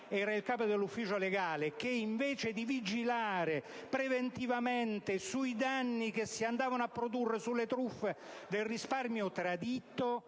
era capo dell'ufficio legale, e che invece di vigilare preventivamente sui danni che si andavano a produrre e sulle truffe del risparmio tradito,